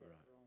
Right